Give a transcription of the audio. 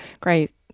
great